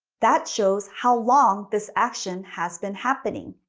that shows how long this action has been happening.